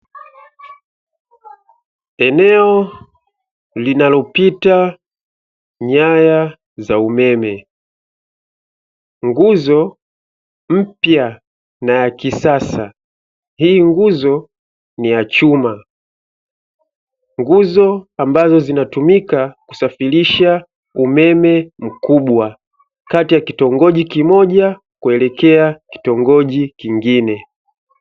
Eneo linalopita nyaya za umeme, nguzo mpya na ya kisasa hii nguzo ni ya chuma. Nguzo ambazo zinatumika kusafirisha umeme mkubwa kati ya kitongoji kimoja kuelekea kitongoji kingine.